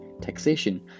Taxation